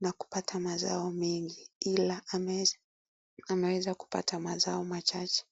na kupata mazao mengi ila amepata mazao mchache.